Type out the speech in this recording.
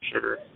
Sure